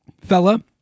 fella